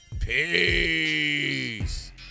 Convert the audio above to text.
Peace